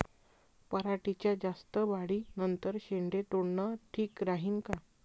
पराटीच्या जास्त वाढी नंतर शेंडे तोडनं ठीक राहीन का?